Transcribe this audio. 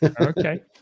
Okay